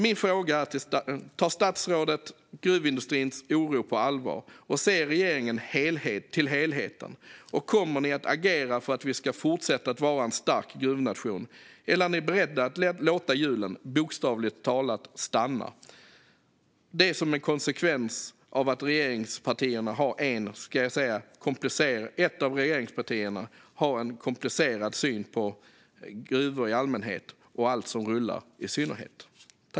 Mina frågor är: Tar statsrådet gruvindustrins oro på allvar, och ser regeringen helheten? Kommer ni att agera för att vi ska fortsätta att vara en stark gruvnation, eller är ni beredda att låta hjulen, bokstavligt talat, stanna som en konsekvens av att ett av regeringspartierna har en komplicerad syn på gruvor i allmänhet och allt som rullar i synnerhet?